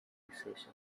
decisions